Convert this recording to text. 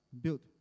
built